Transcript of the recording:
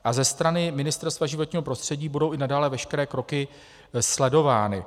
A ze strany Ministerstva životního prostředí budou i nadále veškeré kroky sledovány.